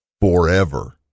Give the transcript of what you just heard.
forever